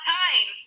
time